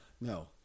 no